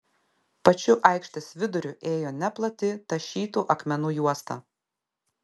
pačiu aikštės viduriu ėjo neplati tašytų akmenų juosta